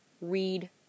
read